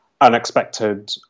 unexpected